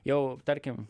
jau tarkim